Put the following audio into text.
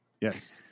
Yes